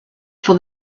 for